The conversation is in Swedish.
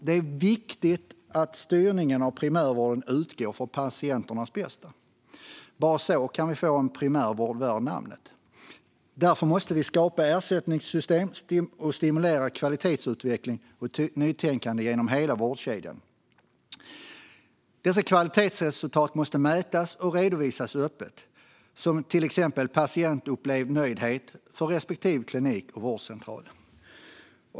Det är viktigt att styrningen av primärvården utgår från patienternas bästa; bara så kan vi få en primärvård värd namnet. Därför måste vi skapa ersättningssystem och stimulera kvalitetsutveckling och nytänkande genom hela vårdkedjan. Dessa kvalitetsresultat måste mätas och redovisas öppet. Det kan till exempel gälla patientupplevd nöjdhet för respektive klinik på vårdcentraler.